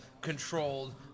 controlled